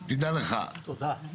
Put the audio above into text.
תדע לך כלל,